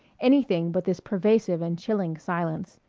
anything but this pervasive and chilling silence.